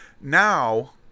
Now